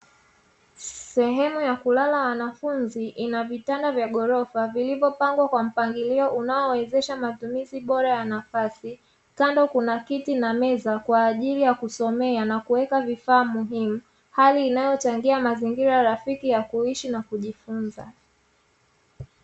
Sehemu ya kulala wanafunzi ina vitanda vya ghorofa vilivyopangwa kwa mpangilio unaowezesha matumizi bora ya nafasi, kando kuna kiti na meza kwa ajili ya kusomea na kuweka vifaa muhimu; hali inayochangia mazingira rafiki ya kuishi na kujifunza.